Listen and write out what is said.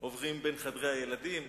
עוברים בין חדרי הילדים,